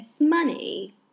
Money